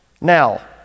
Now